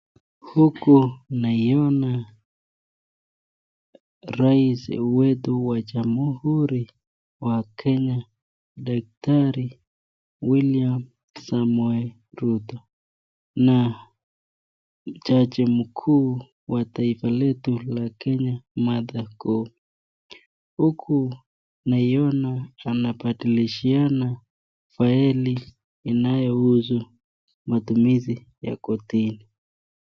Huku naiona raisi wetu wa jamhuri wa kenya dakrari William Samoe Ruto na jaji mkuu wa taifa letu la kenya Martha Koome. Huku naiona anabalishiana faeli inayousu matumizi ya kotini.